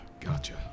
Gotcha